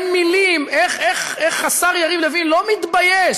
אין מילים איך השר יריב לוין לא מתבייש